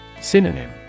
Synonym